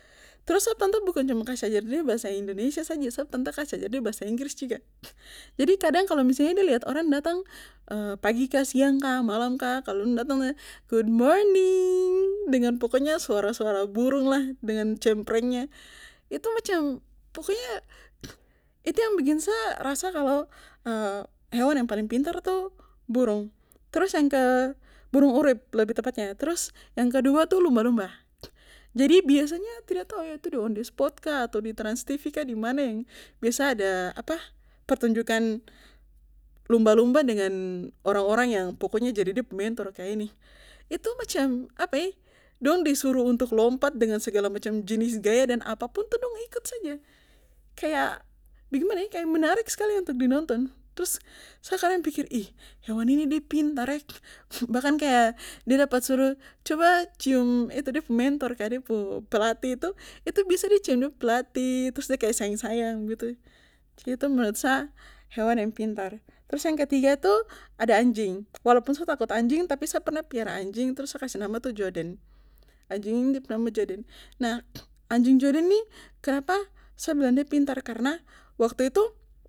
Trus sap tanta bukan cuma kas ajar de bahasa indonesia saja sap tanta kasi ajar de bahasa inggris juga jadi kadang kalo misalnya de liat orang datang pagi ka siang ka malam ka kalo dong datang tu nan de good morning dengan pokonya suara suara burunglah dengan cemprengnya itu macam pokoknya itu yang bikin sa rasa kalo hewan yang paling pintar tu burung trus yang ke burung urip lebih tepatnya trus yang kedua itu lumba lumba jadi biasanya tidak tau ya itu di on the spot ka atau di trans tv kah dimana yang biasa ada apa pertunjukan lumba lumba dengan orang orang yang pokonya jadi dep mentor kah ini itu macam apa ee dong di suruh untuk lompat dengan segala macam jenis gaya dan apapun tuh dong ikut saja kaya bagaimana ee kaya menarik skali untuk di nonton trus sa kadang pikir ih hewan ini de pintar ee bahkan kaya de dapat suruh coba cium itu dep mentor kah de pu pelatih itu itu biasa de cium dep pelatih trus de sayang sayang begitu jadi itu menurut sa hewan yang pintar. trus yang ketiga tu ada anjing walaupun sa takut anjing tapi sa pernah piara anjing trus sa kasih nama tu joden anjing ini dep nama joden nah anjing joden ini kenapa sa bilang de pintar karna waktu itu